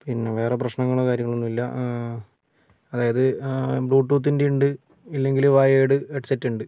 പിന്നെ വേറെ പ്രശ്നങ്ങളോ കാര്യങ്ങളോ ഒന്നും ഇല്ല അതായത് ബ്ലൂടൂത്തിൻ്റെ ഉണ്ട് ഇല്ലെങ്കിൽ വയേഡ് ഹെഡ്സെറ്റ് ഉണ്ട്